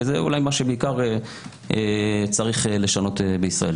וזה בעיקר מה שצריך לשנות בישראל.